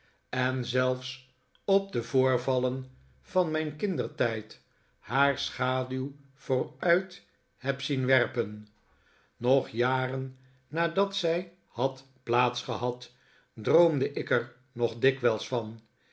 en zelfs op de voorvallen van mijn kindertijd haar schaduw vooruit heb zien werpen nog jaren nadat zij had plaats gehad droomde ik er nog dikwijls van